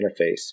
interface